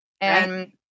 And-